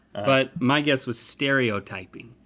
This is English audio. but my guess was stereotyping.